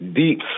deep